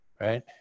right